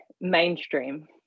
mainstream